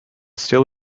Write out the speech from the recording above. still